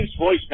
voicemail